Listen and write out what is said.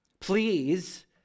Please